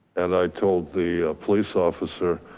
and i told the police officer,